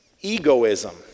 Egoism